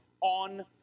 on